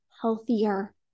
healthier